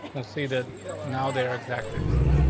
we'll see that now. they're exactly the same.